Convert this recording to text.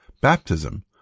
Baptism